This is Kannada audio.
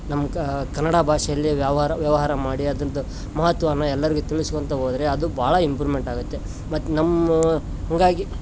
ನಮ್ಮ ಕನ್ನಡ ಭಾಷೆಯಲ್ಲೆ ವ್ಯವಹಾರ ವ್ಯವಹಾರ ಮಾಡಿ ಅದರದ್ದು ಮಹತ್ವನ ಎಲ್ಲಾರಿಗು ತಿಳಿಸ್ಕೊಳ್ತಾ ಹೋದರೆ ಅದು ಭಾಳ ಇಂಪ್ರೂಮೆಂಟ್ ಆಗತ್ತೆ ಮತ್ತೆ ನಮ್ಮ ಹಾಗಾಗಿ